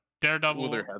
Daredevil